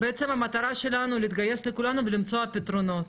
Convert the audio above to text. בעצם המטרה שלנו היא להתגייס ולמצוא פתרונות.